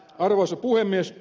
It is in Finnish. arvoisa puhemies